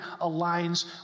aligns